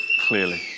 clearly